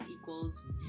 equals